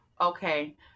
Okay